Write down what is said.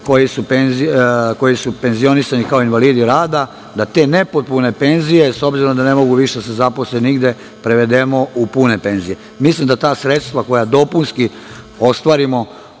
koji su penzionisani kao invalidi rada, da te nepotpune penzije, s obzirom da ne mogu više da se zaposle nigde, prevedemo u pune penzije. Mislim da ta sredstva koja dopunski ostvarimo,